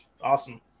awesome